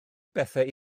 bethau